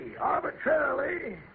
Arbitrarily